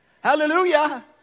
Hallelujah